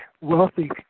wealthy